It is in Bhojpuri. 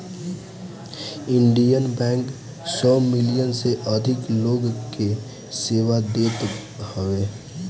इंडियन बैंक सौ मिलियन से अधिक लोग के सेवा देत हवे